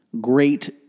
great